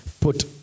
put